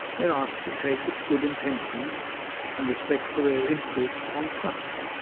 they are asked to take its good intentions and respect for their interests on trust.